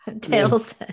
Tails